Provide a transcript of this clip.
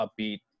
upbeat